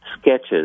sketches